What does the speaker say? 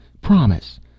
Promise